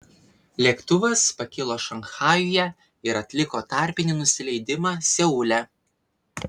lėktuvas pakilo šanchajuje ir atliko tarpinį nusileidimą seule